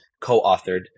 co-authored